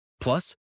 Plus